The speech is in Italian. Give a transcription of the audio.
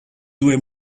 due